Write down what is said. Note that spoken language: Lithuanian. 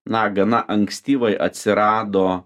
na gana ankstyvai atsirado